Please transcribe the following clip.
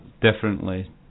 differently